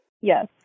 Yes